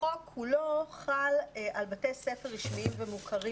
החוק כולו חל על בתי ספר רשמיים ומוכרים